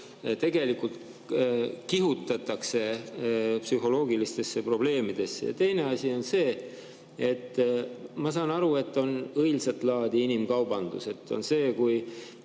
tegelikult kihutatakse psühholoogilistesse probleemidesse. Ja teine asi on see, et ma saan aru, et on ka õilsat laadi inimkaubandus. Kui keegi